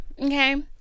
okay